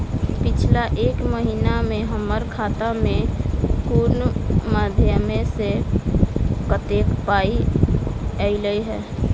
पिछला एक महीना मे हम्मर खाता मे कुन मध्यमे सऽ कत्तेक पाई ऐलई ह?